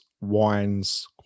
wines